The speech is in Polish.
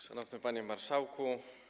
Szanowny Panie Marszałku!